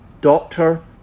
doctor